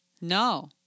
No